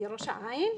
מראש העין,